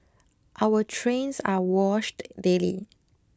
our trains are washed daily